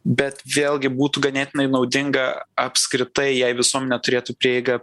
bet vėlgi būtų ganėtinai naudinga apskritai jei visuomenė turėtų prieigą